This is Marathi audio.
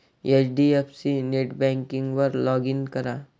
एच.डी.एफ.सी नेटबँकिंगवर लॉग इन करा